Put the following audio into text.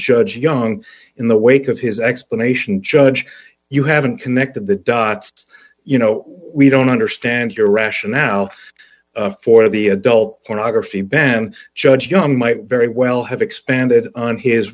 judge young in the wake of his explanation judge you haven't connected the dots you know we don't understand your rationale for the adult pornography ban judge young might very well have expanded on his